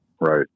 Right